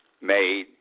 made